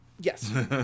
Yes